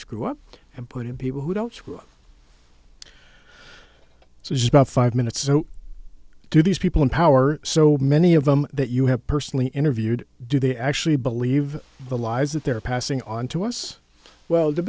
screw up and put in people who don't work it's about five minutes to these people in power so many of them that you have personally interviewed do they actually believe the lies that they're passing on to us well the